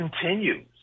continues